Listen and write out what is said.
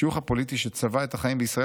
השיוך הפוליטי שצבע את החיים בישראל